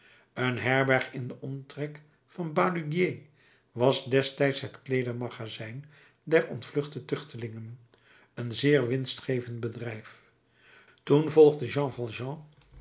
een herberg in den omtrek van balaguier was destijds het kleedermagazijn der ontvluchtte tuchtelingen een zeer winstgevend bedrijf toen volgde jean